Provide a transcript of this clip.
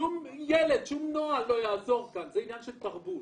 שום נוהל לא יעזור כאן זה עניין של תרבות